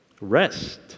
rest